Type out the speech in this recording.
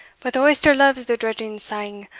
but the oyster loves the dredging sang,